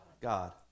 God